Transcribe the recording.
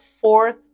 fourth